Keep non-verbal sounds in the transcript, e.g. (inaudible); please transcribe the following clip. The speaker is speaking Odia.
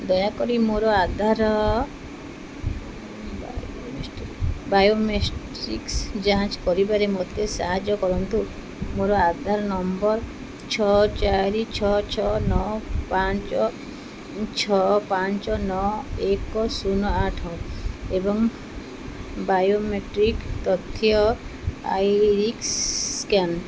ଦୟାକରି ମୋର ଆଧାର (unintelligible) ବାୟୋମେଟ୍ରିକ୍ସ ଯାଞ୍ଚ କରିବାରେ ମୋତେ ସାହାଯ୍ୟ କରନ୍ତୁ ମୋର ଆଧାର ନମ୍ବର ଛଅ ଚାରି ଛଅ ଛଅ ନଅ ପାଞ୍ଚ ଛଅ ପାଞ୍ଚ ନଅ ଏକ ଶୂନ ଆଠ ଏବଂ ବାୟୋମେଟ୍ରିକ୍ ତଥ୍ୟ ଆଇ (unintelligible) ସ୍କାନ୍